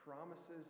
promises